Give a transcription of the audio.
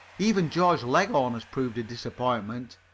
even george leghorn has proved a disappointment.